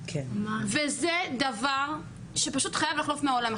וזה דבר שפשוט חייב לחלוף מהעולם.